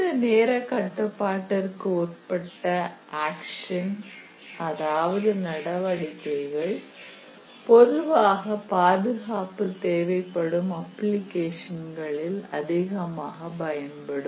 இந்த நேரக் கட்டுப்பாட்டிற்கு உட்பட்ட ஆக்சன் அதாவது நடவடிக்கைகள் பொதுவாக பாதுகாப்பு தேவைப்படும் அப்ளிகேஷன்களில் அதிகமாக பயன்படும்